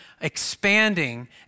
expanding